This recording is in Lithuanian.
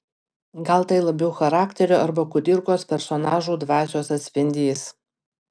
gal tai labiau charakterio arba kudirkos personažų dvasios atspindys